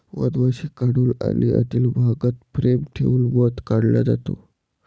मधमाशी काढून आणि आतील भागात फ्रेम ठेवून मध काढला जातो